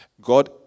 God